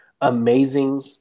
amazing